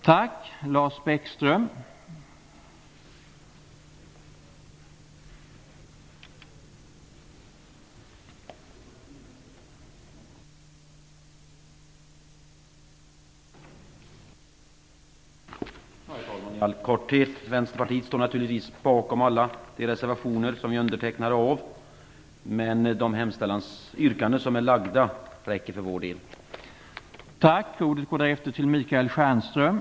Herr talman! I all korthet vill jag säga att Vänsterpartiet naturligtvis står bakom alla de reservationer som vi har undertecknat. Men de hemställansyrkanden som har framställts räcker för vår del.